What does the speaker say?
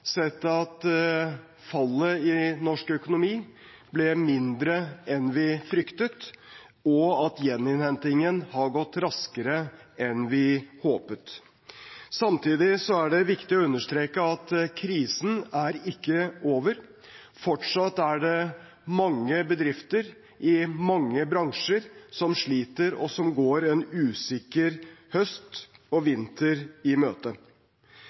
sett at fallet i norsk økonomi ble mindre enn vi fryktet, og at gjeninnhentingen har gått raskere enn vi håpet. Samtidig er det viktig å understreke at krisen ikke er over. Fortsatt er det mange bedrifter i mange bransjer som sliter, og som går en usikker høst og vinter i